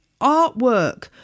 artwork